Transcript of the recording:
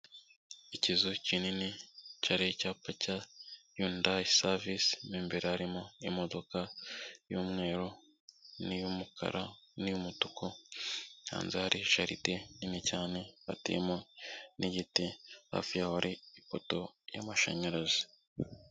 Ikizu kinini kiriho icyapa cya Hyundai Savisi, mo imbere harimo imodoka y'umweru n'iy'umukara n'iy'umutuku, hanze hari jaride nini cyane bateyemo n'igiti; hafi yaho hari ipoto y'amashanyarazi.